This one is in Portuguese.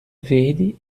verde